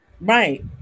Right